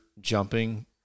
jumping